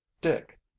dick